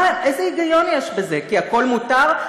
איזה היגיון יש בזה, כי הכול מותר?